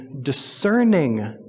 discerning